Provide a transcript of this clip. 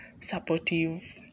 supportive